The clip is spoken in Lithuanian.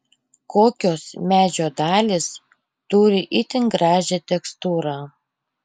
kokios medžio dalys turi itin gražią tekstūrą